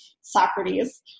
Socrates